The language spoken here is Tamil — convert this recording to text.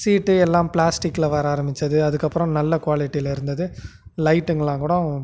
சீட்டு எல்லாம் ப்ளாஸ்டிகில் வர ஆரம்பித்தது அதுக்கப்புறோம் நல்ல குவாலிட்டியில் இருந்தது லைட்டுங்களாம் கூட